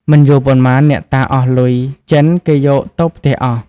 មិនយូរប៉ុន្មានអ្នកតាអស់លុយ ចិនគេយកទៅផ្ទះអស់ ។